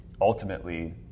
ultimately